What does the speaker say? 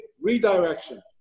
redirection